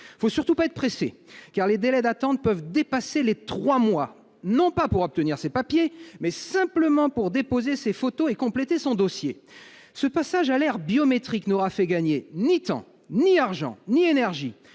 il ne faut surtout pas être pressé, car les délais d'attente peuvent dépasser les trois mois, non pas pour obtenir ses papiers, mais simplement pour déposer ses photos et compléter son dossier ! Ce passage à l'ère biométrique n'aura fait gagner ni temps, ni argent, ni énergie.